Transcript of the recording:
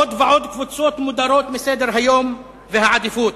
עוד ועוד קבוצות מודרות מסדר-היום ומסדר העדיפויות.